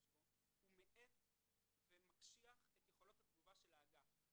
בו אזי הוא מאט את יכולות התגובה של האגף.